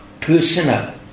Personal